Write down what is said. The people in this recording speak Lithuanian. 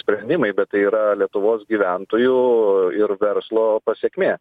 sprendimai bet tai yra lietuvos gyventojų ir verslo pasekmė